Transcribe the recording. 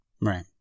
right